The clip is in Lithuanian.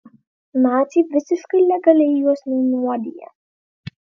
naciai visiškai legaliai juos nunuodija